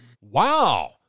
wow